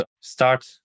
start